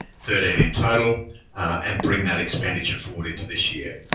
thirteen in total and bring that expenditure forward into this year.